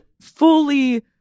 fully